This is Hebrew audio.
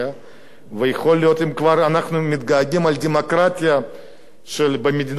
ויכול להיות שאם כבר אנחנו מתגעגעים לדמוקרטיה במדינת ישראל,